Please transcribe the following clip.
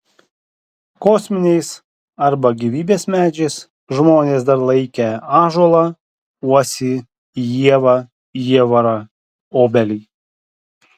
kosminiais arba gyvybės medžiais žmonės dar laikę ąžuolą uosį ievą jievarą obelį